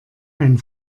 ein